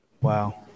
Wow